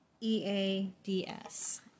E-A-D-S